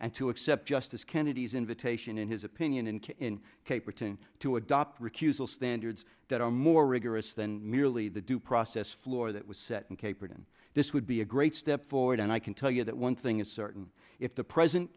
and to accept justice kennedy's invitation in his opinion and to in caperton to adopt recusal standards that are more rigorous than merely the due process floor that was set in caperton this would be a great step forward and i can tell you that one thing is certain if the present